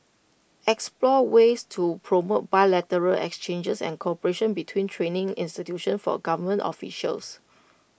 explore ways to promote bilateral exchanges and cooperation between training institutions for government officials